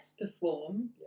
perform